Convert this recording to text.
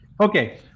okay